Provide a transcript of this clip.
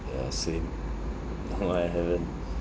yeah same no I haven't